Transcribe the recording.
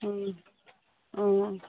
ꯑꯥ ꯑꯥ